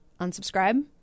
unsubscribe